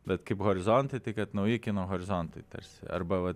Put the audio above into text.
bet kaip horizontai tai kad nauji kino horizontai tarsi arba vat